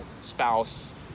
spouse